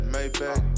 Maybach